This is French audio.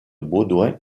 baudouin